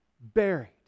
buried